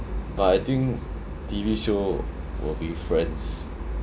but I think T_V show will be friends